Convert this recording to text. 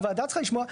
הוועדה צריכה לשמוע,